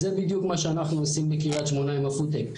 זה בדיוק מה שאנחנו עושים בקריית שמונה עם הפודטק.